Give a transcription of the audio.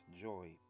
joy